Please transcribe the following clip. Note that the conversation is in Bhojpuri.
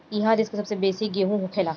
इहा देश के सबसे बेसी गेहूं होखेला